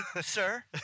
sir